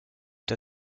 der